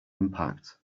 impact